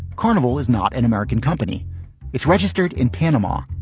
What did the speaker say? carnival is not an american company it's registered in panama.